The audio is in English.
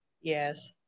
yes